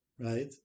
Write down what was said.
right